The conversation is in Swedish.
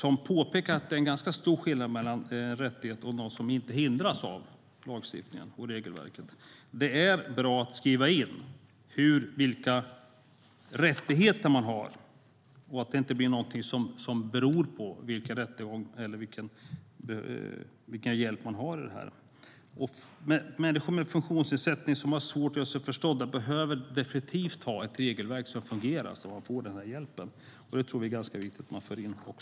De påpekar att det är ganska stor skillnad mellan en rättighet och något som inte hindras av lagstiftningen och regelverket. Det är bra att skriva in vilka rättigheter man har, så att det inte blir någonting som beror på vilken hjälp man har. Människor med sådan funktionsnedsättning som innebär att de har svårt att göra sig förstådda behöver definitivt ha ett regelverk som fungerar, så att de får den här hjälpen. Det tror vi är ganska viktigt att föra in.